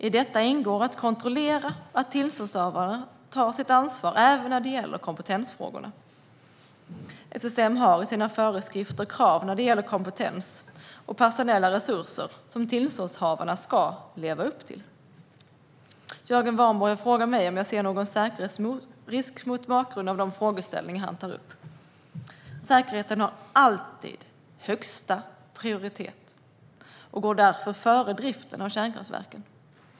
I detta ingår att kontrollera att tillståndshavarna tar sitt ansvar även när det gäller kompetensfrågorna. SSM har i sina föreskrifter krav när det gäller kompetens och personella resurser som tillståndshavarna ska leva upp till. Jörgen Warborn har frågat mig om jag ser någon säkerhetsrisk mot bakgrund av de frågeställningar han tar upp. Säkerheten har alltid högsta prioritet och går därför före driften av kärnkraftverket.